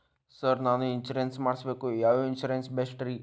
Sir ನಾನು insurance ಮಾಡಿಸಬೇಕು ಯಾವ ಇನ್ಶೂರೆನ್ಸ್ ಬೆಸ್ಟ್ರಿ?